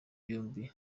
yombi